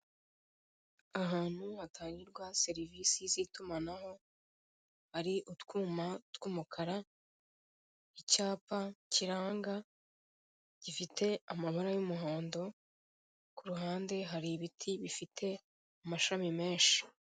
Ahantu hatangira serivisi z'itumanaho hari utwuma tw'umukara icyapa kiranga gifite amabara y'umuhondo kuruhande hari ibititi bifite amashami menshi.